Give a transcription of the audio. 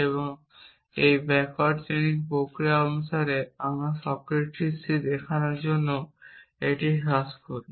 এবং এই backward chaining প্রক্রিয়া অনুসারে আমরা সক্রেটিসকে দেখানোর জন্য এটি হ্রাস করি